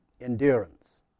endurance